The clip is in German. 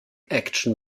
action